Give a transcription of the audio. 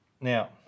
Now